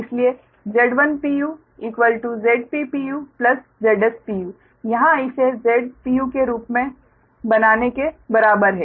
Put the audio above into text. इसलिए Z1 Zp Zs यहाँ इसे Z के रूप में बनाने के बराबर है